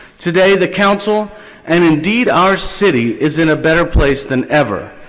today the council and indeed our city is in a better place than ever,